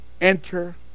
Enter